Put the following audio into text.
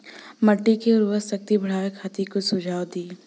मिट्टी के उर्वरा शक्ति बढ़ावे खातिर कुछ सुझाव दी?